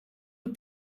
het